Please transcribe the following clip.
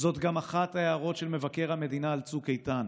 זאת גם אחת ההערות של מבקר המדינה על צוק איתן,